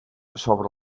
sobre